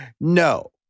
No